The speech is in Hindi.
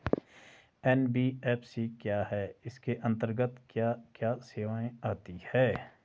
एन.बी.एफ.सी क्या है इसके अंतर्गत क्या क्या सेवाएँ आती हैं?